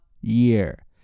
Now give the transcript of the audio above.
year